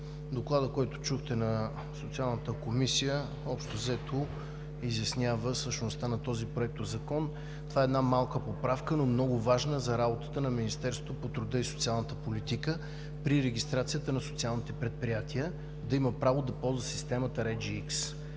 Докладът на Социалната комисия, който чухте, общо взето изяснява същността на този проектозакон. Това е една малка, но много важна поправка за работата на Министерството на труда и социалната политика при регистрацията на социалните предприятия – да има право да ползва системата RegiX,